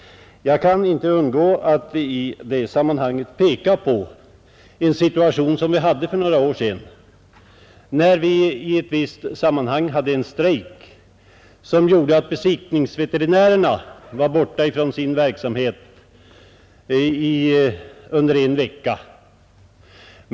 Jag kan inte underlåta att i det sammanhanget påminna om situationen när besiktningsveterinärerna på grund av en strejk var borta från sin verksamhet under en vecka.